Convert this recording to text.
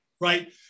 Right